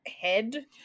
head